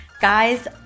guys